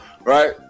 right